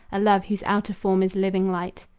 a love whose outer form is living light,